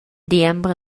diember